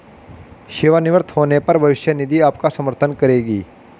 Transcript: सेवानिवृत्त होने पर भविष्य निधि आपका समर्थन करेगी